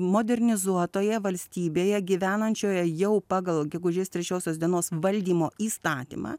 modernizuotoje valstybėje gyvenančioje jau pagal gegužės trečiosios dienos valdymo įstatymą